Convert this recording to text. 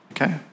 Okay